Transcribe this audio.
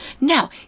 No